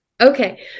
Okay